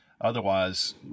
Otherwise